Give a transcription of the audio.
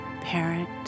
parent